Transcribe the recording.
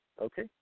Okay